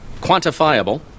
quantifiable